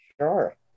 Sure